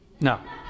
No